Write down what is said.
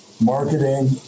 marketing